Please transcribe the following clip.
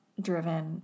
driven